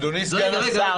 אדוני סגן השר,